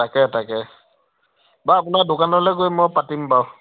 তাকে তাকে বাউ আপোনাৰ দোকানলৈ গৈ মই পাতিম বাউ